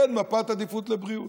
אין מפת עדיפות לבריאות,